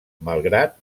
malgrat